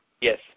Yes